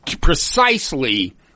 precisely